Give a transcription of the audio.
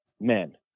men